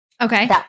Okay